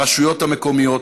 ברשויות המקומיות,